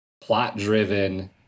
plot-driven